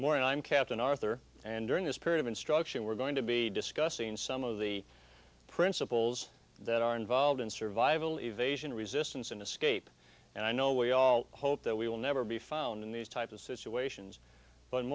i'm captain arthur and during this period of instruction we're going to be discussing some of the principles that are involved in survival evasion resistance and escape and i know we all hope that we will never be found in these types of situations but